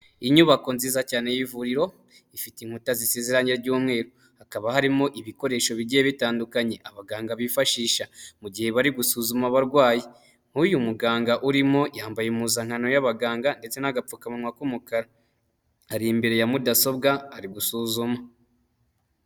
Inyubako nziza cyane y'ivuriro ifite inkuta zisiranye ry'umweru, hakaba harimo ibikoresho bigiye bitandukanye abaganga bifashisha mu gihe bari gusuzuma abarwayi, nk'uyu muganga urimo yambaye impuzankano y'abaganga ndetse n'agapfukamunwa k'umukara, ari imbere ya mudasobwa ari gusuzuma.